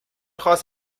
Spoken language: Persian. خاص